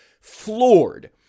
Floored